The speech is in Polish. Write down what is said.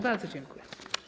Bardzo dziękuję.